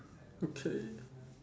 okay